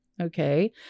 okay